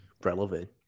relevant